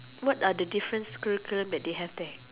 what're the difference curriculum that they have there